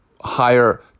higher